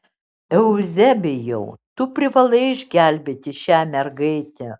euzebijau tu privalai išgelbėti šią mergaitę